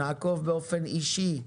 נעקוב באופן אישי כוועדה.